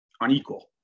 unequal